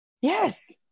Yes